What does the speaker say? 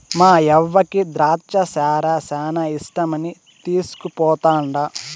మాయవ్వకి ద్రాచ్చ సారా శానా ఇష్టమని తీస్కుపోతండా